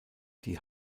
die